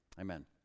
Amen